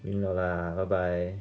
赢了 lah bye bye